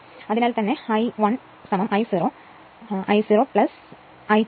അതിനാൽ തന്നെ I 1I 0 I 0 I2